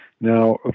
Now